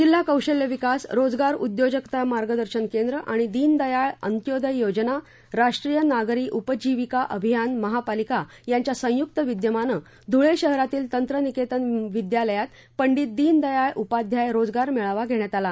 जिल्हा कौशल्य विकास रोजगार उद्योजकता मार्गदर्शन केंद्र आणि दीनदयाळ अंत्योदय योजना राष्ट्रीय नागरी उपजीविका अभियान महापालिका यांच्या संयुक्त विद्यमाने धुळे शहरातील तंत्रनिकेतन विद्यालयात पंडीत दीनदयाळ उपाध्याय रोजगार मेळावा घेण्यात आला